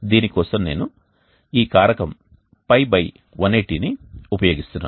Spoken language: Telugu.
దీని కోసం నేను ఈ కారకం Π180ని ఉపయోగిస్తున్నాను